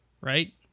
Right